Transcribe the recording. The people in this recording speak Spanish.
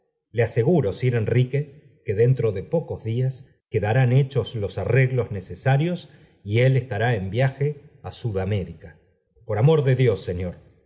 le aseguro sir enrique que dentro de pocos días quedarán hechos los arreglos necesarios y él estará en viaje á sud américa por amor de dios señor